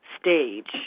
stage